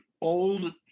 old